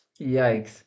Yikes